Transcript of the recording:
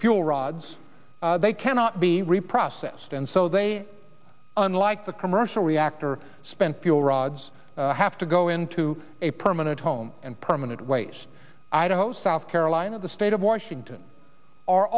fuel rods they cannot be reprocessed and so they unlike the commercial reactor spent fuel rods have to go into a permanent home and permanent ways i don't know south carolina the state of washington are